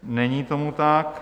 Není tomu tak.